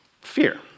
Fear